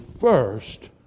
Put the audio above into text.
first